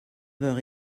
heures